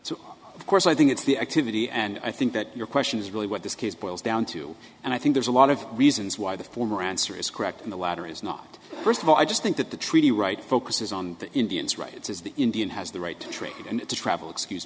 so of course i think it's the activity and i think that your question is really what this case boils down to and i think there's a lot of reasons why the form around serous correct in the water is not first of all i just think that the treaty right focuses on indians rights as the indian has the right to trade and travel excuse